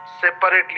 separately